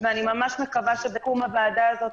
ואני ממש מקווה שבמקום הוועדה הזאת,